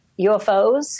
UFOs